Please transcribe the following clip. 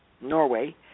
Norway